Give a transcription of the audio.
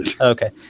Okay